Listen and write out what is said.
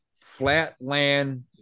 flatland